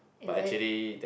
is it